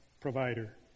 provider